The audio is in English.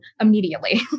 immediately